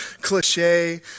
cliche